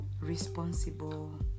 responsible